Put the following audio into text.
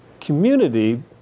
community